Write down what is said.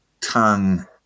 Tongue